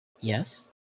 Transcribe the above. Yes